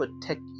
protect